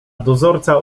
dozorca